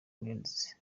millions